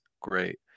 great